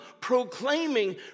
proclaiming